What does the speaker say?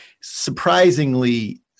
surprisingly